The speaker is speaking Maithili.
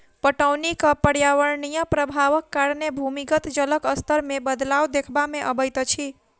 पटौनीक पर्यावरणीय प्रभावक कारणें भूमिगत जलक स्तर मे बदलाव देखबा मे अबैत अछि